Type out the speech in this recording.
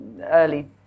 early